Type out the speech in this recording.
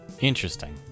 interesting